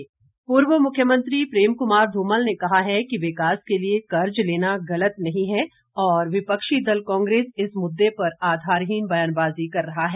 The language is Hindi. धुमल पूर्व मुख्यमंत्री प्रेम कुमार धूमल ने कहा है कि विकास के लिए कर्ज लेना गलत नहीं है और विपक्षी दल कांग्रेस इस मुददे पर आधारहीन बयानबाजी कर रहा है